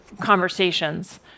conversations